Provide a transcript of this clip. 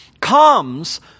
comes